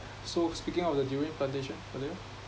so speaking of the durian plantation earlier